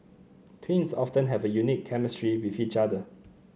twins often have a unique chemistry with each other